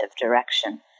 direction